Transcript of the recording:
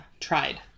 Tried